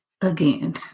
again